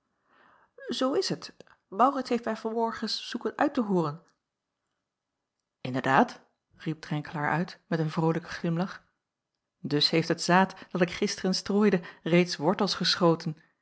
zoo is t maurits heeft mij van morgen zoeken uit te hooren inderdaad riep drenkelaer uit met een vrolijken glimlach dus heeft het zaad dat ik gisteren strooide reeds wortels geschoten